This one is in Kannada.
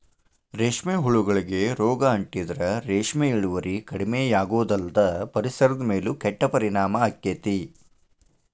ರೇಷ್ಮೆ ಹುಳಗಳಿಗೆ ರೋಗ ಅಂಟಿದ್ರ ರೇಷ್ಮೆ ಇಳುವರಿ ಕಡಿಮಿಯಾಗೋದಲ್ದ ಪರಿಸರದ ಮೇಲೂ ಕೆಟ್ಟ ಪರಿಣಾಮ ಆಗ್ತೇತಿ